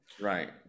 right